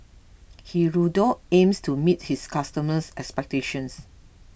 Hirudoid aims to meet his customers' expectations